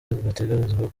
bategerezwa